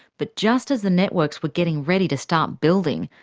but just as the networks were getting ready to start building,